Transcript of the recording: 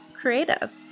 creative